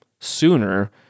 sooner